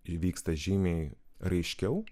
įvyksta žymiai raiškiau